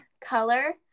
color